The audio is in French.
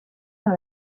par